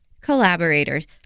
collaborators